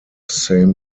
same